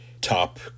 top